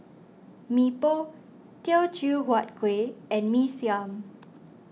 Mee Pok Teochew Huat Kueh and Mee Siam